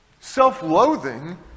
Self-loathing